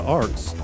arts